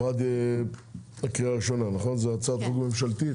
היא עברה בקריאה ראשונה וזאת הצעת חוק ממשלתית.